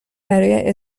برای